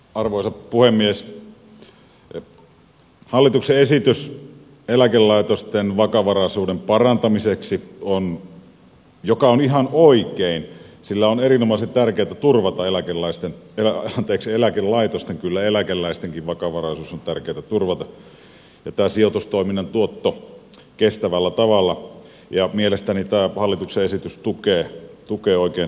hallituksen esitys eläkelaitosten vakavaraisuuden parantamiseksi on ihan oikein sillä on erinomaisen tärkeätä turvata eläkeläisten anteeksi eläkelaitosten kyllä eläkeläistenkin vakavaraisuus on tärkeätä turvata ja tämä sijoitustoiminnan tuotto kestävällä tavalla ja mielestäni tämä hallituksen esitys tukee oikein selvästi tätä